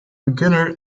beginner